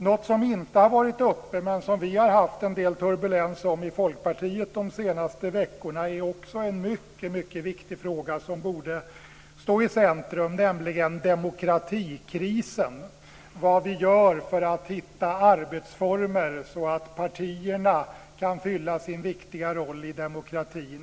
Något som inte har varit uppe, men som vi har haft en del turbulens om i Folkpartiet de senaste veckorna, är också en mycket viktig fråga som borde stå i centrum, nämligen demokratikrisen, vad vi gör för att hitta arbetsformer så att partierna kan fylla sin viktiga roll i demokratin.